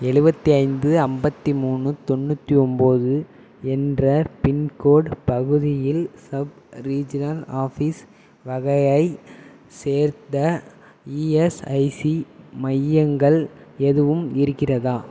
எழுபத்தி ஐந்து ஐம்பத்தி மூணு தொண்ணுாற்றி ஒம்பது என்ற பின்கோடு பகுதியில் சப் ரீஜினல் ஆஃபீஸ் வகையைச் சேர்ந்த இஎஸ்ஐசி மையங்கள் எதுவும் இருக்கிறதா